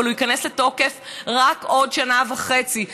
אבל הוא ייכנס לתוקף רק עוד שנה וחצי,